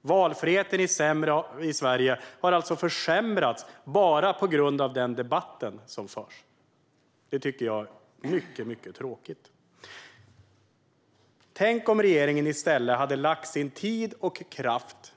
Valfriheten är sämre i Sverige, och den har alltså försämrats bara på grund av den debatt som förs. Det tycker jag är mycket tråkigt. Tänk om regeringen i stället hade lagt sin tid och kraft